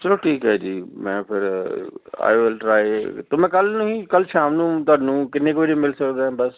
ਚਲੋ ਠੀਕ ਹੈ ਜੀ ਮੈਂ ਫਿਰ ਆਏ ਵਿੱਲ ਟਰਾਏ ਤਾਂ ਮੈਂ ਕੱਲ੍ਹ ਨੂੰ ਹੀ ਕੱਲ੍ਹ ਸ਼ਾਮ ਨੂੰ ਤੁਹਾਨੂੰ ਕਿੰਨੇ ਕੁ ਵਜੇ ਮਿਲ ਸਕਦਾ ਬਸ